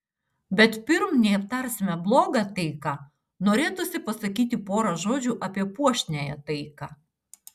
bet pirm nei aptarsime blogą taiką norėtųsi pasakyti porą žodžių apie puošniąją taiką